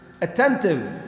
attentive